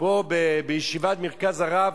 זה לא המצאה של מדינת ישראל.